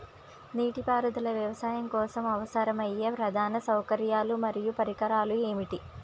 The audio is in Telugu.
నీటిపారుదల వ్యవసాయం కోసం అవసరమయ్యే ప్రధాన సౌకర్యాలు మరియు పరికరాలు ఏమిటి?